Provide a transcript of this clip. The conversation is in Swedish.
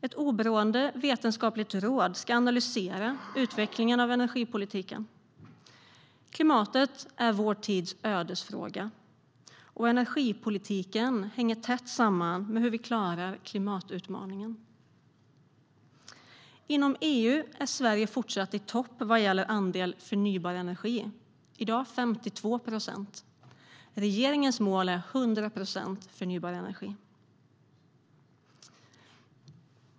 Ett oberoende vetenskapligt råd ska analysera utvecklingen av klimatpolitiken. Klimatet är vår tids ödesfråga. Energipolitiken hänger tätt samman med hur vi klarar klimatutmaningen. Inom EU är Sverige fortfarande i topp i andel förnybar energi, i dag 52 procent. Regeringens mål är 100 procent förnybar energi.